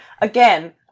Again